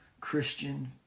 Christian